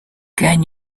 can